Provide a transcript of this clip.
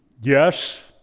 Yes